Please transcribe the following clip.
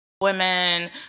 women